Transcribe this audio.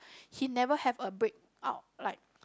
he never have a breakout like